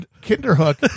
Kinderhook